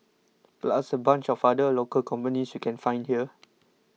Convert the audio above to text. plus a bunch of other local companies you can find here